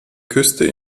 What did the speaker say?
küste